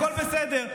הכול בסדר.